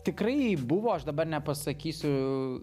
tikrai buvo aš dabar nepasakysiu